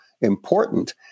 important